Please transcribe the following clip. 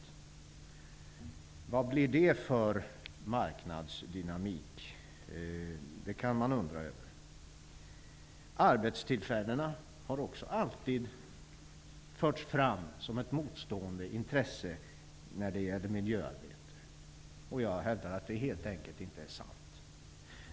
Man kan undra vad det blir för marknadsdynamik. Arbetstillfällena har också alltid förts fram som ett motstående intresse när det gäller miljöarbetet. Jag hävdar att det helt enkelt inte är sant.